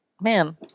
man